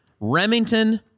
Remington